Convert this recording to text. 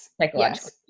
psychologically